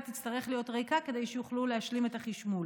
תצטרך להיות ריקה כדי שיוכלו להשלים את החשמול.